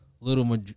little